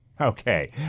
Okay